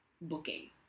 booking